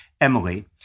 Emily